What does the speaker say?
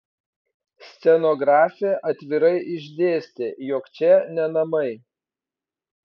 scenografė atvirai išdėstė jog čia ne namai